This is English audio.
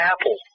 Apple